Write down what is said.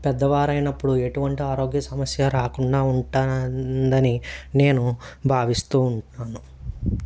పెద్దవారైనప్పుడు ఎటువంటి ఆరోగ్య సమస్య రాకుండా ఉంటానందని నేను భావిస్తూ ఉన్నాను